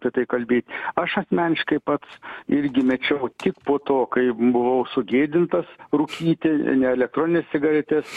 apie tai kalbėti aš asmeniškai pats irgi mečiau tik po to kai buvau sugėdintas rūkyti ne elektronines cigaretes